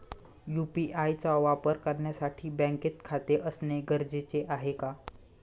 UPI चा वापर करण्यासाठी बँकेत खाते असणे गरजेचे आहे का?